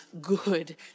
good